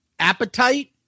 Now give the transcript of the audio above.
Appetite